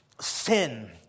sin